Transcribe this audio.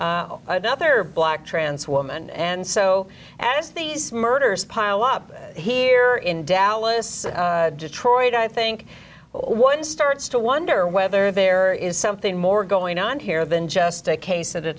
other black trans woman and so as these murders pile up here in dallas detroit i think one starts to wonder whether there is something more going on here than just a case at a